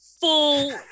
full